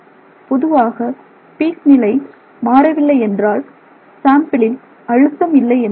பொதுவாக உச்சி நிலை மாறவில்லை என்றால் சாம்பிலில் அழுத்தம் இல்லை என்று பொருள்